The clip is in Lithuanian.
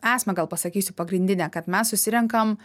esmę gal pasakysiu pagrindinę kad mes susirenkam